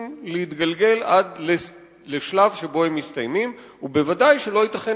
להתגלגל עד לשלב שבו הם מסתיימים ובוודאי לא ייתכן